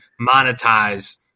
monetize